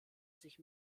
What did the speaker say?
sich